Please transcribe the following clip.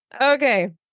Okay